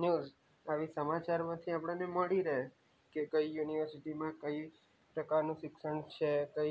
news આવી સમાચારમાંથી આપણને મળી રહે કે કઈ યુનિવર્સિટીમાં કઈ પ્રકારનું શિક્ષણ છે કંઈ